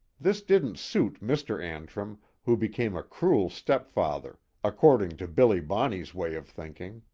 this didn't suit mr. antrim, who became a cruel step-father, according to billy bonney's way of thinking.